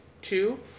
Two